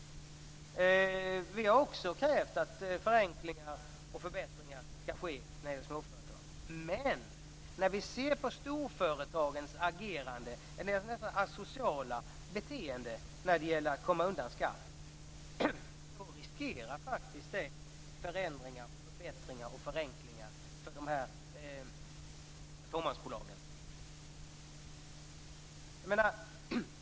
Vi har också krävt att förenklingar och förbättringar skall ske när det gäller småföretagen. Men när vi ser på storföretagens agerande, och deras nästan asociala beteende när det gäller att komma undan skatt, så riskeras faktiskt dessa förändringar, förbättringar och förenklingar för fåmansbolagen.